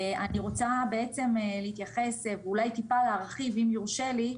אני רוצה בעצם להתייחס ואולי טיפה להרחיב אם יורשה לי,